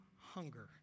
hunger